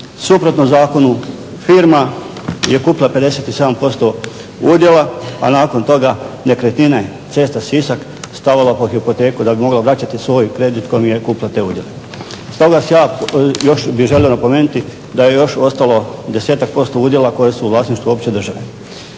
suprotno zakonu firma je kupila 57% udjela, a nakon toga nekretnine Cesta Sisak stavila pod hipoteku da bi mogla vraćati svoj kredit kojim je kupila te udjele. Stoga bih ja još želio napomenuti da je još ostalo 10-tak % udjela koji su u vlasništvu opće države.